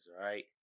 right